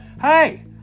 hey